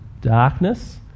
darkness